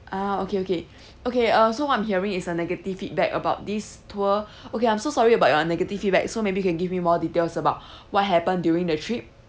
ah okay okay okay uh so I'm hearing it's a negative feedback about this tour okay I'm so sorry about your negative feedback so maybe you can give me more details about what happened during the trip